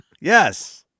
Yes